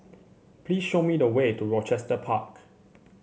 please show me the way to Rochester Park